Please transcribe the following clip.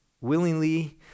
willingly